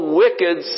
wicked